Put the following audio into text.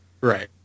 right